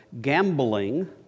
gambling